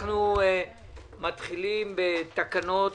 אנחנו מתחילים בתקנות